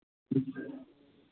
जी